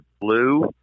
blue